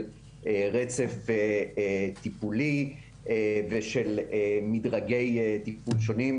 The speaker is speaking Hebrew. של רצף טיפולי ושל מדרגי טיפול שונים,